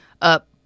up